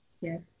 yes